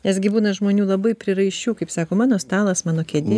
nesgi būna žmonių labai prieraišių kaip sako mano stalas mano kėdė